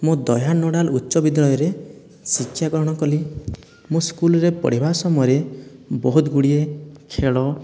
ମୁଁ ଦହ୍ୟା ନୋଡ଼ାଲ ଉଚ୍ଚ ବିଦ୍ୟାଳୟରେ ଶିକ୍ଷା ଗ୍ରହଣ କଲି ମୁଁ ସ୍କୁଲ୍ରେ ପଢ଼ିବା ସମୟରେ ବହୁତଗୁଡ଼ିଏ ଖେଳ